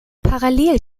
parallel